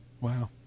Wow